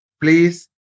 Please